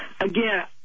Again